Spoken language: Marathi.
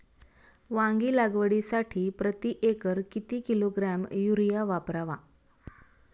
वांगी लागवडीसाठी प्रती एकर किती किलोग्रॅम युरिया वापरावा?